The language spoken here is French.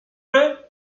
bleu